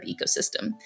ecosystem